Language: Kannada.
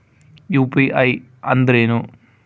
ಯು.ಪಿ.ಐ ಅಂದ್ರೇನು?